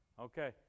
Okay